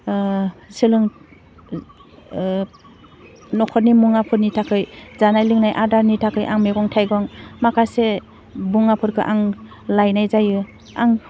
सोलों न'खरनि मुंआफोरनि थाखाय जानाय लोंनाय आदारनि थाखाय आं मैगं थाइगं माखासे मुवाफोरखौ आं लायनाय जायो आं